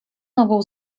nową